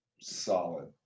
Solid